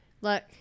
Look